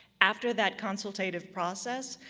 after that consultative process,